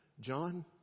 John